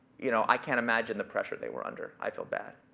you know i can't imagine the pressure they were under. i felt bad.